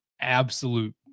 absolute